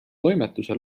toimetuse